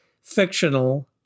fictional